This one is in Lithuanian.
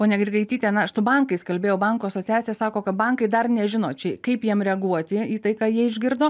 ponia grigaityte na aš su bankais kalbėjau bankų asociacija sako kad bankai dar nežino čia kaip jiem reaguoti į tai ką jie išgirdo